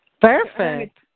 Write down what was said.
Perfect